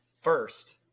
First